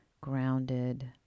grounded